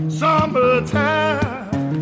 summertime